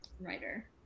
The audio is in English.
writer